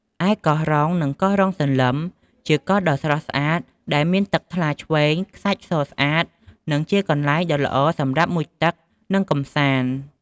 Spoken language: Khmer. ឯកោះរុង និងកោះរុងសន្លឹម ជាកោះដ៏ស្រស់ស្អាតដែលមានទឹកថ្លាឆ្វេង ខ្សាច់សស្អាត និងជាកន្លែងដ៏ល្អសម្រាប់មុជទឹក និងកម្សាន្ត។